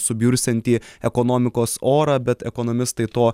subjursiantį ekonomikos orą bet ekonomistai to